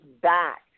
back